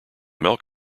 milk